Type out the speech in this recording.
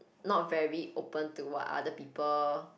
not very open to what other people